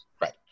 Right